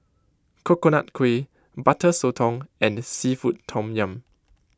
Coconut Kuih Butter Sotong and Seafood Tom Yum